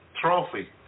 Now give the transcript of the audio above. trophy